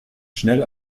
schnell